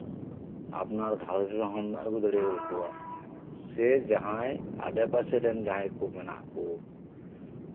ᱟᱯᱱᱟᱨ ᱜᱷᱟᱨᱚᱸᱧᱡᱽ ᱨᱮᱦᱚᱢ ᱟᱹᱜᱩ ᱫᱟᱲᱮ ᱟᱠᱚᱣᱟ ᱥᱮ ᱡᱟᱦᱟᱸᱭ ᱟᱰᱮ ᱯᱟᱥᱮ ᱨᱮᱱ ᱡᱟᱦᱟᱸᱭ ᱠᱚ ᱢᱮᱱᱟᱜ ᱠᱚ